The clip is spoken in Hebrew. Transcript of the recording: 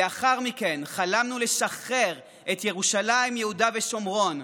לאחר מכן חלמנו לשחרר את ירושלים ויהודה ושומרון,